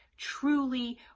truly